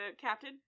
captain